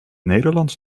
nederlands